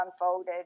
unfolded